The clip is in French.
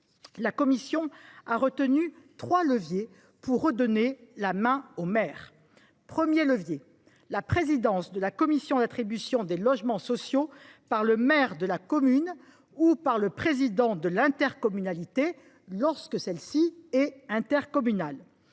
La commission a retenu trois leviers pour redonner la main au maire. Premièrement, accorder la présidence de la commission d’attribution des logements sociaux au maire de la commune ou au président de l’intercommunalité lorsque celle ci est intercommunale.